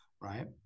right